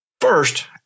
First